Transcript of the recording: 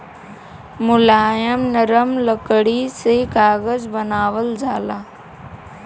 मुलायम नरम लकड़ी से कागज बनावल जाला